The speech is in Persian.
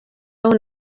اون